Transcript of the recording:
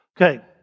Okay